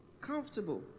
comfortable